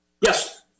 Yes